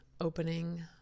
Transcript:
opening